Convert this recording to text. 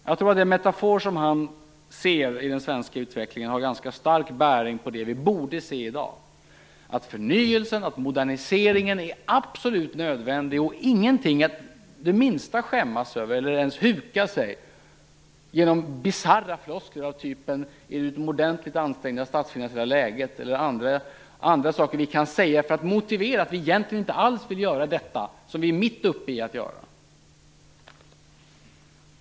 Jag tror att den metafor han ser i den svenska utvecklingen har en ganska starkt bäring på det vi borde se i dag, att förnyelsen och moderniseringen är absolut nödvändig och ingenting att skämmas det minsta över, eller ens huka sig inför genom bisarra floskler av typen "det utomordentligt ansträngda statsfinansiella läget" eller andra saker vi kan säga för att motivera att vi inte alls vill göra detta som vi är mitt uppe i att göra.